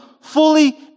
fully